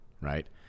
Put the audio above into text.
right